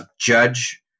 judge